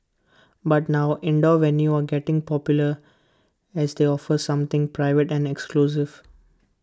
but now indoor venues are getting popular as they offer something private and exclusive